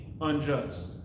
unjust